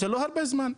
זה לא הרבה זמן.